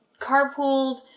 carpooled